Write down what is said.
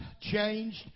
changed